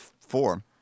four